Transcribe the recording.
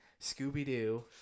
Scooby-Doo